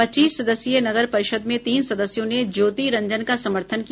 पच्चीस सदस्यीय नगर परिषद् में तीन सदस्यों ने ज्योति रंजन का समर्थन किया